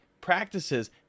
practices